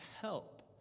help